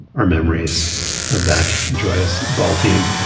our memories of that joyous ball team.